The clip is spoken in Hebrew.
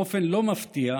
באופן לא מפתיע,